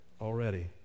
already